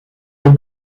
the